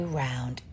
round